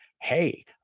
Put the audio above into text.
hey